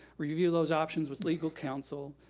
review those options with legal counsel,